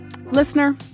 Listener